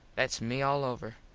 thats me all over.